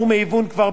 כמו כן,